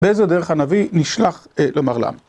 באיזו דרך הנביא נשלח למרלם?